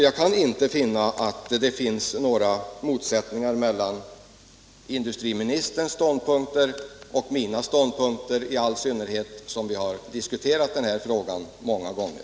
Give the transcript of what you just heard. Jag kan inte finna att det finns några motsättningar mellan industriministerns och mina ståndpunkter, i all synnerhet som vi har diskuterat den här frågan många gånger.